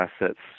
assets